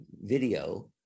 video